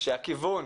שהכיוון